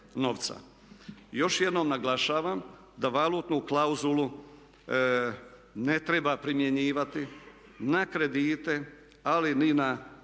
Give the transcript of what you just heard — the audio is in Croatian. Još jednom naglašavam da valutnu klauzulu ne treba primjenjivati na kredite ali ni na depozite.